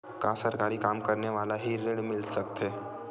का सरकारी काम करने वाले ल हि ऋण मिल सकथे?